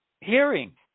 hearing